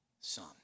son